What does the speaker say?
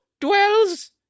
dwells